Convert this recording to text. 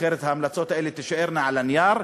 אחרת ההמלצות האלה תישארנה על הנייר.